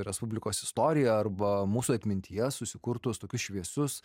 respublikos istoriją arba mūsų atmintyje susikurtus tokius šviesus